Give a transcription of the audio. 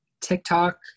TikTok